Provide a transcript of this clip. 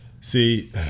See